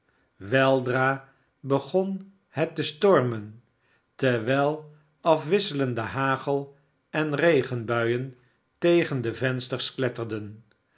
weldra begon het le stormen terwijl afwisselende hagel en regenbuien tegen de vensters kletterden